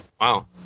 wow